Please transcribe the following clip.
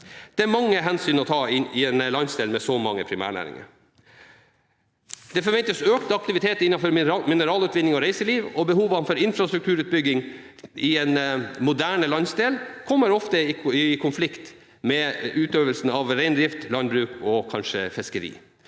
Det er mange hensyn å ta i en landsdel med så mange primærnæringer. Det forventes økt aktivitet innen mineralutvinning og reiseliv, og behovene for infrastrukturutbygging i en moderne landsdel kommer ofte i konflikt med utøvelsen av reindrift, landbruk – og kanskje fiskeri.